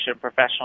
professional